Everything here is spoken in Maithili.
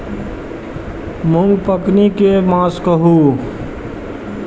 मूँग पकनी के मास कहू?